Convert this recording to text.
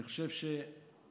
אני חושב שהשרים,